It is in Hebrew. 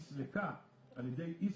נסלקה העסקה על ידי ישראכרט,